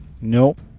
Nope